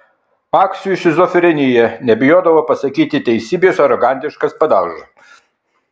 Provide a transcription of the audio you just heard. paksiui šizofrenija nebijodavo pasakyti teisybės arogantiškas padauža